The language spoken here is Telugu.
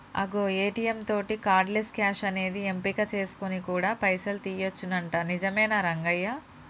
అగో ఏ.టీ.యం తోటి కార్డు లెస్ క్యాష్ అనేది ఎంపిక చేసుకొని కూడా పైసలు తీయొచ్చునంట నిజమేనా రంగయ్య